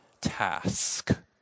task